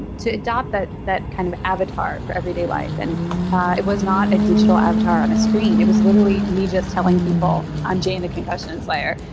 to adopt that that kind of avatar for everyday life. and it was not a digital avatar on a screen. it was literally me just telling people, i'm jane the concussion and slayer.